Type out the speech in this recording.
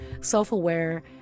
self-aware